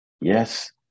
Yes